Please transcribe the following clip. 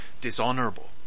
Dishonorable